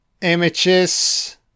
images